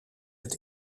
het